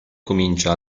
comincia